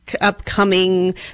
upcoming